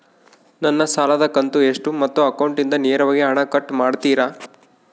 ನನ್ನ ಸಾಲದ ಕಂತು ಎಷ್ಟು ಮತ್ತು ಅಕೌಂಟಿಂದ ನೇರವಾಗಿ ಹಣ ಕಟ್ ಮಾಡ್ತಿರಾ?